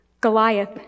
Goliath